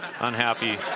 unhappy